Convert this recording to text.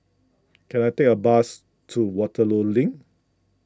can I take a bus to Waterloo Link